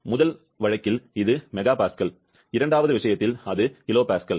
முதல் வழக்கில் இது மெகா பாஸ்கல் இரண்டாவது விஷயத்தில் அது கிலோ பாஸ்கல்